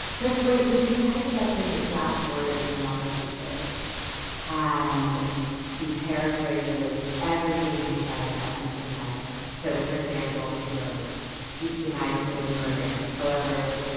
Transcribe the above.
that's right, so she types up his exact words in a lot of cases and she paraphrases everything he said that mentioned violence. so, for example, she wrote youth denied murder. however,